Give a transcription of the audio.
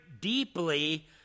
deeply